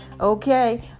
Okay